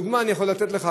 לדוגמה, אני יכול לתת לך,